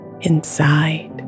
inside